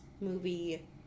movie